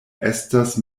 estas